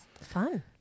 fun